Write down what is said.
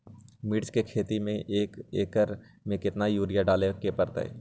मिर्च के खेती में एक एकर में कितना यूरिया डाले के परतई?